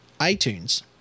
iTunes